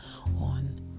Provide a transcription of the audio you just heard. on